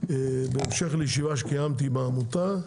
בהמשך לישיבה שקיימתי בעמותה.